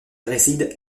réside